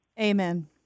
Amen